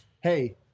hey